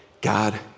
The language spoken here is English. God